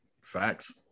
Facts